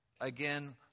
Again